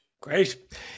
Great